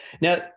now